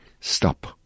stop